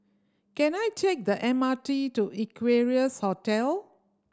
can I take the M R T to Equarius Hotel